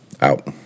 out